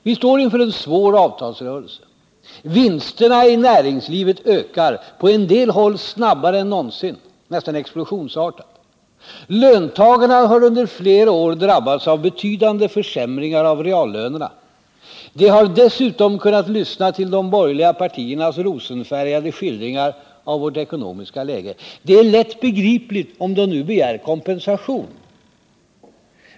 Vistår inför en svår avtalsrörelse. Vinsterna i näringslivet ökar— på en del håll snabbare än någonsin, nästan explosionsartat. Löntagarna har under flera år drabbats av betydande försämringar av reallönerna. De har dessutom kunnat lyssna till de borgerliga partiernas rosenfärgade skildringar av vårt ekonomiska läge. Det är lätt begripligt om de nu begär kompensation.